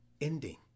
ending